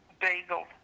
bagel